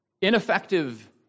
Ineffective